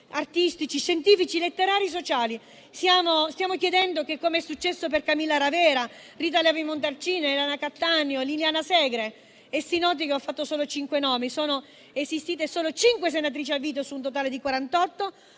artistici, scientifici, letterari e sociali. Stiamo chiedendo che, come è accaduto per Camilla Ravera, Rita Levi Montalcini, Elena Cattaneo e Liliana Segre (e si noti che ho fatto solo cinque nomi, perché sono esistite solo cinque senatrici a vita su un totale di 48,